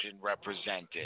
represented